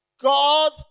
God